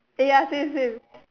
eh ya same same